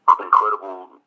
incredible